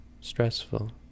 stressful